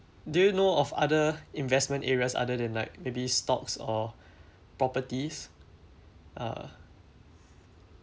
do you know of other investment areas other than like maybe stocks or properties uh